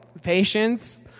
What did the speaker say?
patience